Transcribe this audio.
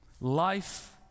Life